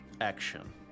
action